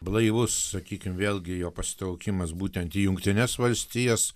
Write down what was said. blaivus sakykim vėlgi jo pasitraukimas būtent į jungtines valstijas